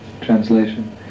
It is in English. Translation